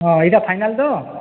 ହଁ ଇଟା ଫାଇନାଲ୍ ତ